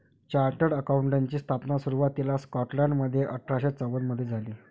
chartered अकाउंटंटची स्थापना सुरुवातीला स्कॉटलंडमध्ये अठरा शे चौवन मधे झाली